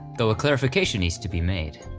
though a clarification needs to be made.